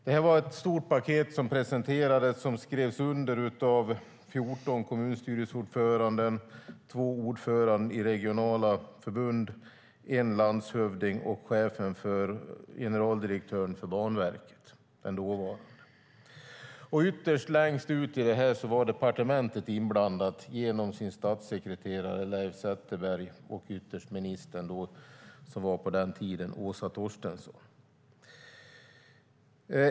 Det var ett stort paket som presenterades och skrevs under av 14 kommunstyrelseordförande, två ordförande i regionala förbund, en landshövding och dåvarande generaldirektören för Banverket. Längst ut var departementet inblandat genom sin statssekreterare Leif Zetterberg och ytterst genom ministern, som på den tiden var Åsa Torstensson.